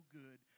good